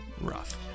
Rough